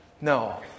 No